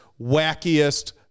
wackiest